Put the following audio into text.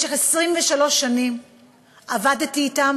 במשך 23 שנים עבדתי אתם,